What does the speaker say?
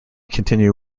continue